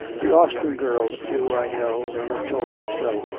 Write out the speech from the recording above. the austin girls do, i know, they have told me so.